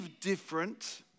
different